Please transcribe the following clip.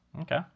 okay